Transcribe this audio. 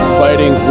fighting